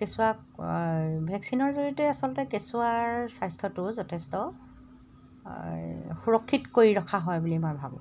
কেঁচুৱাক ভেকচিনৰ জৰিয়তে আচলতে কেঁচুৱাৰ স্বাস্থ্যটো যথেষ্ট সুৰক্ষিত কৰি ৰখা হয় বুলি মই ভাবোঁ